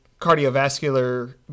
cardiovascular